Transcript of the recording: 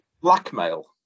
Blackmail